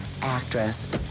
actress